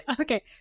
Okay